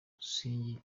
musingi